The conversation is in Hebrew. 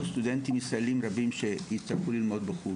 סטודנטים ישראלים רבים שיצטרכו ללמוד בחו"ל,